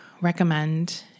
recommend